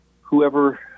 whoever